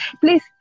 Please